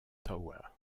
tower